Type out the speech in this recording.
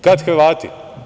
Kada Hrvati?